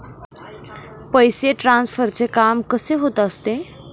पैसे ट्रान्सफरचे काम कसे होत असते?